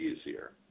easier